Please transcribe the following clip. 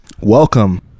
Welcome